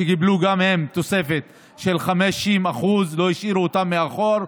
שגם הם קיבלו תוספת של 50%. לא השאירו אותם מאחור,